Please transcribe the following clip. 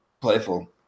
playful